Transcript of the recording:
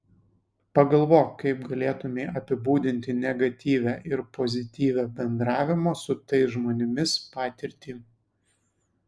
pagalvok kaip galėtumei apibūdinti negatyvią ir pozityvią bendravimo su tais žmonėmis patirtį